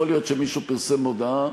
יכול להיות שמישהו פרסם מודעה.